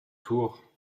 tours